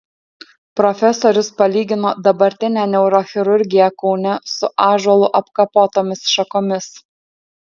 profesorius palygino dabartinę neurochirurgiją kaune su ąžuolu apkapotomis šakomis